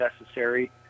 necessary